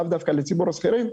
לאו דווקא לציבור השכירים,